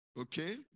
Okay